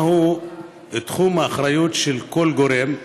3. מהו תחום האחריות של כל גורם?